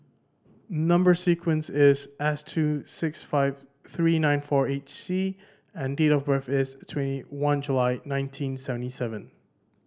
number sequence is S two six five three nine four eight C and date of birth is twenty one July nineteen seventy seven